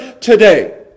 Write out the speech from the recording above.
today